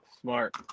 Smart